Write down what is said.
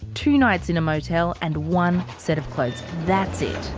two nights in a motel and one set of clothes. that's it.